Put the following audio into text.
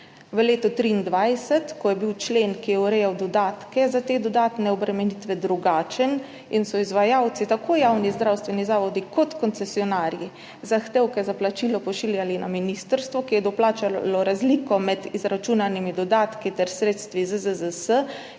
V letu 2023, ko je bil člen, ki je urejal dodatke za te dodatne obremenitve, drugačen in so izvajalci, tako javni zdravstveni zavodi kot koncesionarji, zahtevke za plačilo pošiljali na ministrstvo, ki je doplačalo razliko med izračunanimi dodatki ter sredstvi ZZZS,